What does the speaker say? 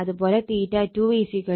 അതുപോലെ 2 36